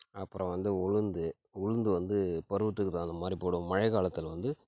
அப்புறம் வந்து உளுந்து உளுந்து வந்து பருவத்துக்குத் தகுந்த மாதிரி போடுவோம் மழைக் காலத்தில் வந்து